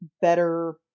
better